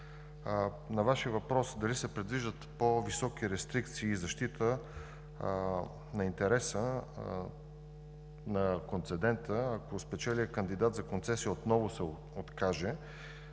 На Вашия въпрос дали се предвиждат по-високи рестрикции и защита на интереса на концедента. Ако спечелилият кандидат за концесия отново се откаже,